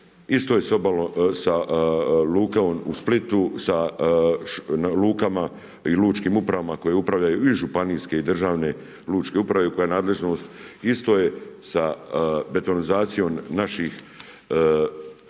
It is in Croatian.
isto je sa lukom u Splitu, sa lukama i lučkim upravama koje upravljaju i županijske i državne lučke uprave koja je nadležnost, isto je sa betonizacijom naših znači